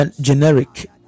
generic